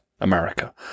America